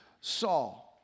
Saul